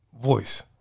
voice